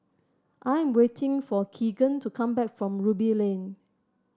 I am waiting for Keagan to come back from Ruby Lane